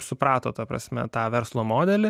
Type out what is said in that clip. suprato ta prasme tą verslo modelį